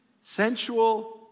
sensual